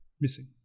missing